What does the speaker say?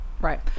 right